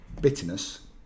bitterness